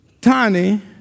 tiny